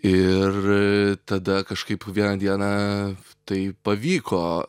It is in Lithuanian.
ir tada kažkaip vieną dieną tai pavyko